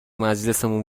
مجلسمون